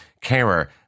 carer